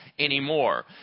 Anymore